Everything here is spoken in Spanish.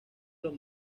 los